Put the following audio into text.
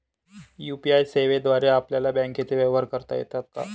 UPI सेवेद्वारे आपल्याला बँकचे व्यवहार करता येतात का?